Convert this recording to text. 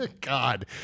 God